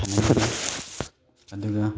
ꯁꯥꯟꯅꯕ ꯑꯗꯨꯒ